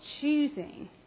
choosing